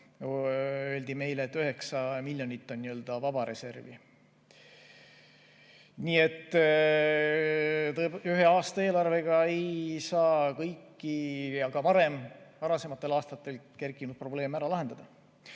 öeldi meile, et 9 miljonit on nii-öelda vaba reservi. Nii et ühe aasta eelarvega ei saa kõiki ka varasematel aastatel kerkinud probleeme ära lahendada. Aga